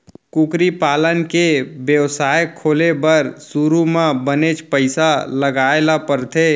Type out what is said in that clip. कुकरी पालन के बेवसाय खोले बर सुरू म बनेच पइसा लगाए ल परथे